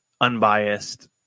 unbiased